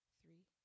three